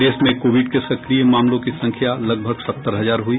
प्रदेश में कोविड के सक्रिय मामलों की संख्या लगभग सत्तर हजार हुई